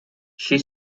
she